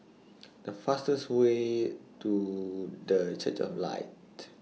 The fastest Way to The Church of Light